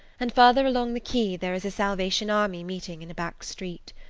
and further along the quay there is a salvation army meeting in a back street.